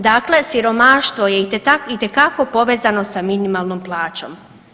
Dakle, siromaštvo je itekako povezano sa minimalnom plaćom.